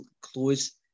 close